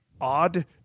odd